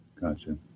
Gotcha